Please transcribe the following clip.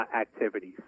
activities